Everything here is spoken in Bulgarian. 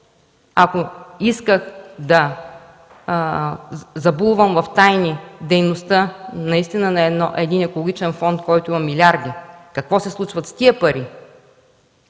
ако исках да забулвам в тайни дейността на истински екологичен фонд, който има милиарди, какво се случва с тези пари,